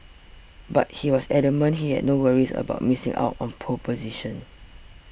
but he was adamant he had no worries about missing out on pole position